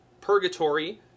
Purgatory